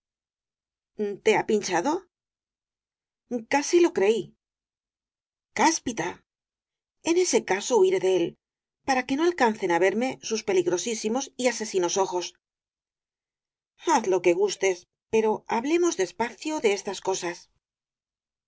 te ha pinchado casi lo creí cáspita en ese caso huiré de él para que no alcancen á verme sus peligrosísimos y asesinos ojos haz lo que gustes pero hablemos despacio de estas cosas y